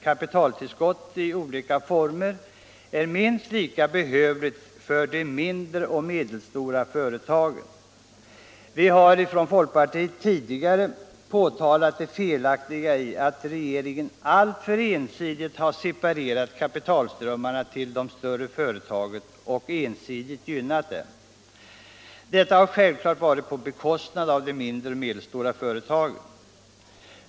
Kapitaltillskott i olika former är minst lika behövligt för de mindre och medelstora företagen. Vi har från folkpartiet tidigare påtalat det felaktiga i att regeringen alltför ensidigt har separerat kapitalströmmarna till de större företagen och gynnat dem. Detta har självfallet varit på bekostnad av de mindre och medelstora företagen.